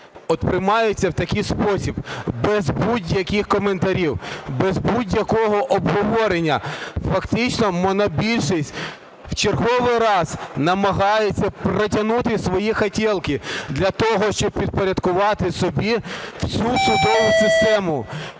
приймаються в такий спосіб: без будь-яких коментарів, без будь-якого обговорення. Фактично монобільшість в черговий раз намагається протягнути свої "хотєлки" для того, щоб підпорядкувати собі всю судову систему.